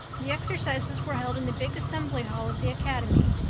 the exercises were held in the big assembly hall of the academy.